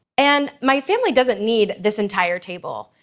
and my family doesn't need this entire table.